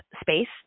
space